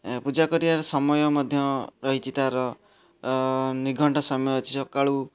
ପୂଜା କରିବାର ସମୟ ମଧ୍ୟ ରହିଛି ତା'ର ନିଘଣ୍ଟ ସମୟ ଅଛି ସକାଳୁ